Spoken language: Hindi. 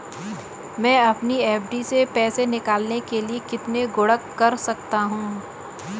मैं अपनी एफ.डी से पैसे निकालने के लिए कितने गुणक कर सकता हूँ?